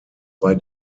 bei